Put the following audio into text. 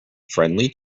friendly